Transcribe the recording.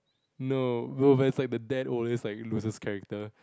no bro it's like the dad always like loses character